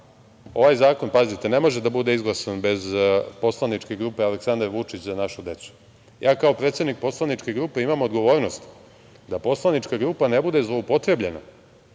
zakon, pazite, ne može da bude izglasan bez Poslaničke grupe Aleksandar Vučić – Za našu decu. Kao predsednik poslaničke grupe imam odgovornost da poslanička grupa ne bude zloupotrebljena,